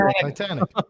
Titanic